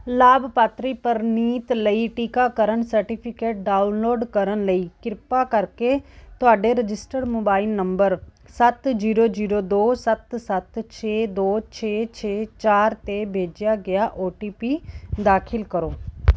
ਲਾਭਪਾਤਰੀ ਪ੍ਰਨੀਤ ਲਈ ਟੀਕਾਕਰਨ ਸਰਟੀਫਿਕੇਟ ਡਾਊਨਲੋਡ ਕਰਨ ਲਈ ਕਿਰਪਾ ਕਰਕੇ ਤੁਹਾਡੇ ਰਜਿਸਟਰਡ ਮੋਬਾਈਲ ਨੰਬਰ ਸੱਤ ਜ਼ੀਰੋ ਜ਼ੀਰੋ ਦੋ ਸੱਤ ਸੱਤ ਛੇ ਦੋ ਛੇ ਛੇ ਚਾਰ 'ਤੇ ਭੇਜਿਆ ਗਿਆ ਓ ਟੀ ਪੀ ਦਾਖਲ ਕਰੋ